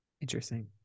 Interesting